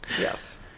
yes